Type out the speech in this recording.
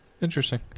interesting